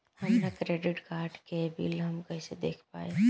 हमरा credit card के bill हम कइसे देख पाएम?